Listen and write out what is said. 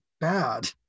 bad